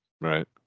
Right